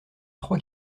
trois